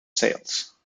sales